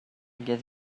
get